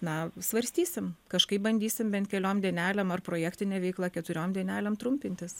na svarstysim kažkaip bandysim bent keliom dienelėm ar projektinę veiklą keturiom dainelėm trumpintis